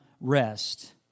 rest